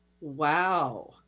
Wow